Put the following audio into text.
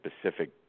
specific